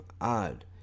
odd